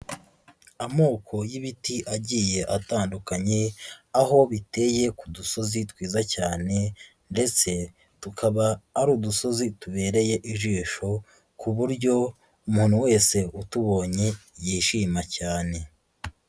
Amoko y'ibiti agiye atandukanye, aho biteye ku dusozi twiza cyane ndetse tukaba ari udusozi tubereye ijisho, ku buryo umuntu wese utubonye yishima cyane.